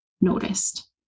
noticed